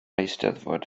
eisteddfod